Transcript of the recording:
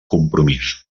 compromís